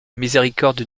miséricorde